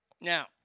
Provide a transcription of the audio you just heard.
Now